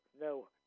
no